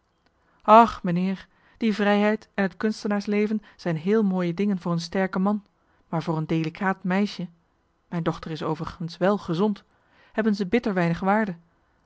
ach meneer die vrijheid en het kunstenaarsleven zijn heel mooie dingen voor een sterke man maar voor een delikaat meisje mijn dochter is overigens wel gezond hebben ze bitter weinig waarde